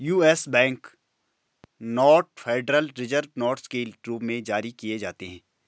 US bank note federal reserve notes के रूप में जारी किए जाते हैं